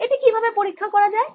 এটি কি ভাবে পরীক্ষা করা যায়